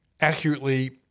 accurately